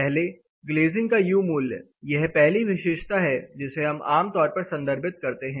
पहले ग्लेजिंग का यू मूल्य यह पहली विशेषता है जिसे हम आमतौर पर संदर्भित करते हैं